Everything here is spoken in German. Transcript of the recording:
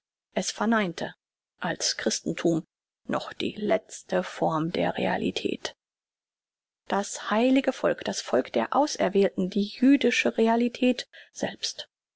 es verneinte als christenthum noch die letzte form der realität das heilige volk das volk der ausgewählten die jüdische realität selbst